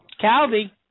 Calvi